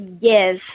Yes